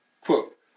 Quote